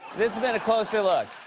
this has been a closer look.